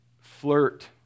flirt